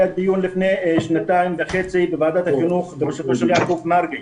היה דיון לפני שנתיים וחצי בוועדת החינוך בראשותו של יעקב מרגי.